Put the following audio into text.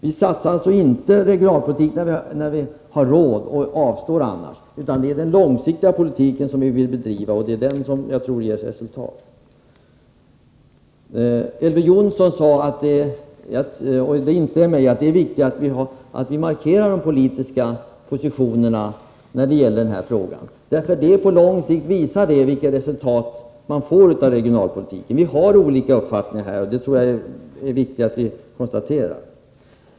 Vi satsar alltså inte på regionalpolitik bara när vi har råd och avstår annars, utan det är en långsiktig politik som vi vill driva. Och det är detta som jag tror ger resultat. Elver Jonsson sade att — jag instämmer i detta — det är viktigt att markera de politiska positionerna när det gäller den här frågan, för det är på lång sikt som resultatet av den förda regionalpolitiken visar sig. Vi har olika uppfattningar här om hur en långsiktig politik skall föras. Det tror jag är viktigt att konstatera.